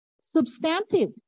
substantive